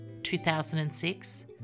2006